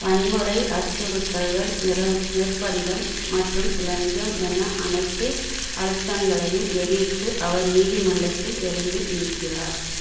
வன்முறை அச்சுறுத்தல்கள் நிர நிர்பந்தம் மற்றும் லஞ்சம் என அனைத்து அழுத்தங்களையும் எதிர்த்து அவர் நீதிமன்றத்தில் எழுந்து நிற்கிறார்